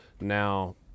now